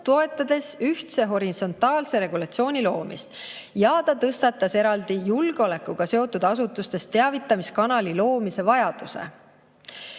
toetades ühtse horisontaalse regulatsiooni loomist. Eraldi tõstatas ta julgeolekuga seotud asutustes teavitamiskanali loomise vajaduse.